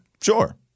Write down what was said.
Sure